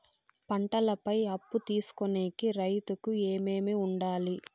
పంటల పై అప్పు తీసుకొనేకి రైతుకు ఏమేమి వుండాలి?